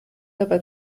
aber